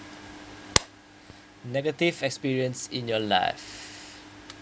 negative experience in your life